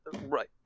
Right